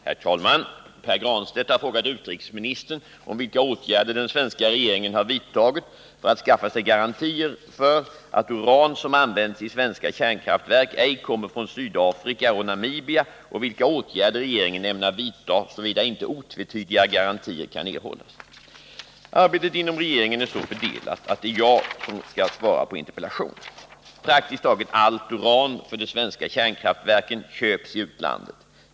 Herr talman! Pär Granstedt har frågat utrikesministern om vilka åtgärder den svenska regeringen har vidtagit för att skaffa sig garantier för att uran som används i svenska kärnkraftverk ej kommer från Sydafrika och Namibia och vilka åtgärder regeringen ämnar vidta såvida inte otvetydiga garantier kan erhållas. Arbetet inom regeringen är så fördelat att det är jag som skall svara på interpellationen. Praktiskt taget allt uran för de svenska kärnkraftverken köps i utlandet.